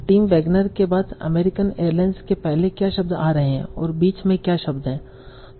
Tim Wagner के बाद American Airlines के पहले क्या शब्द आ रहे हैं और बीच में क्या शब्द हैं